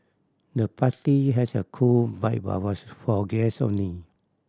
the party had a cool vibe but was for guest only